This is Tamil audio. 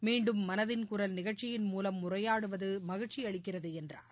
மீண்டும் மனதின் குரல் நிகழ்ச்சியின் மூவம் உரையாடுவது மகிழ்ச்சியளிக்கிறது என்றார்